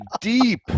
deep